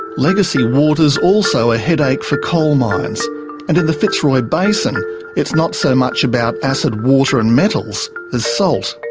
legacy water is also a headache for coal mines, and in the fitzroy basin it's not so much about acid water and metals, as salt.